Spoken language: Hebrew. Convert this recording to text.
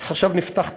השר רוצה להפסיק את